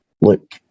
look